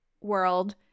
world